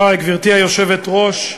גברתי היושבת-ראש,